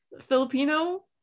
Filipino